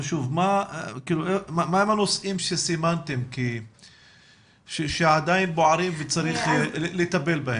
מה הם הנושאים שסימנתם שעדיין בוערים וצריך לטפל בהם?